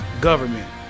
government